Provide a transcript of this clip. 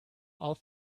all